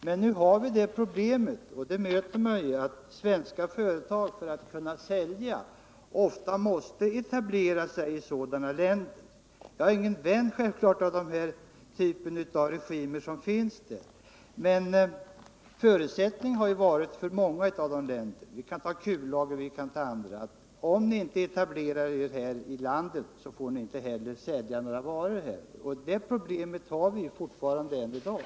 Men vi möter ofta det problemet att svenska företag för att kunna sälja måste etablera sig i sådana länder. Jag är självfallet ingen vän av den typ av regimer som där finns, men jag vill peka på att en förutsättning för handel med många av de länderna är att företaget i fråga — jag kan t.ex. nämna SKF -— etablerar sig i landet. Annars får det inte sälja några varor där. Det problemet kvarstår än i dag.